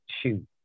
shoot